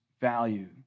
value